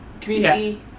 community